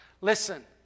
Listen